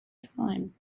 time